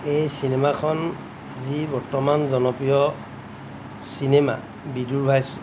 এই চিনেমাখন যি বৰ্তমান জনপ্ৰিয় চিনেমা বিদুৰভাই